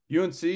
UNC